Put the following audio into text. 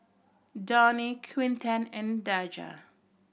Dawne Quinten and Daja